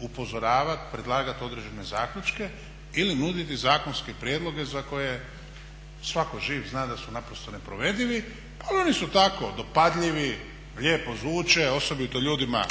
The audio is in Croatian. upozoravati, predlagati određene zaključke ili nuditi zakonske prijedloge za koje svatko živ zna da su naprosto neprovedivi ali oni su tako dopadljivi, lijepo zvuče osobito ljudima